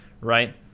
right